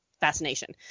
fascination